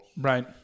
Right